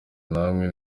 namwe